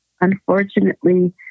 unfortunately